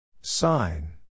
Sign